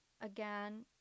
again